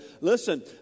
listen